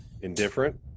indifferent